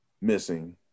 missing